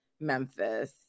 Memphis